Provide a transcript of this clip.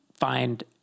find